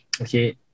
okay